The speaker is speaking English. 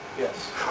Yes